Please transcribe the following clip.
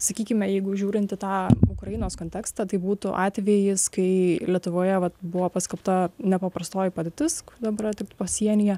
sakykime jeigu žiūrint į tą ukrainos kontekstą tai būtų atvejis kai lietuvoje vat buvo paskelbta nepaprastoji padėtis dabar taip pasienyje